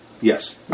Yes